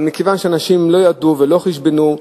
אבל מכיוון שאנשים לא ידעו ולא חישבנו,